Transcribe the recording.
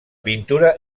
pintura